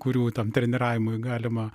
kurių tam treniravimui galima